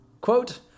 Quote